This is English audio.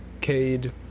Cade